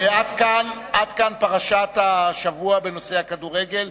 עד כאן פרשת השבוע בנושא הכדורגל.